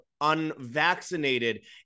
unvaccinated